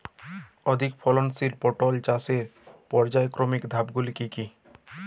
অধিক ফলনশীল পটল চাষের পর্যায়ক্রমিক ধাপগুলি কি কি?